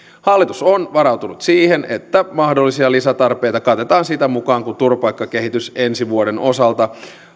hallitus on varautunut siihen että mahdollisia lisätarpeita katetaan sitä mukaa kuin turvapaikkakehitys ensi vuoden osalta